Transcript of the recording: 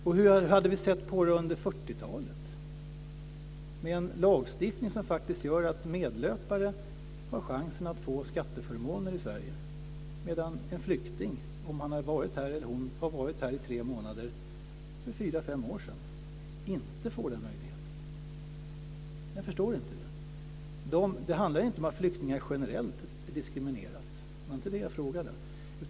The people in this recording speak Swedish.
Och hur hade vi sett på det under 40 talet - en lagstiftning som faktiskt gör att medlöpare har chansen att få skatteförmåner i Sverige, medan en flykting som varit här i tre månader för fyra fem år sedan inte får den möjligheten? Jag förstår inte detta. Det handlar inte om att flyktingar generellt diskrimineras. Det var inte det jag frågade om.